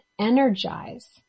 energize